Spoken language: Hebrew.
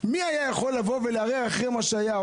מי היה יכול לבוא ולערער אחרי מה שהיה.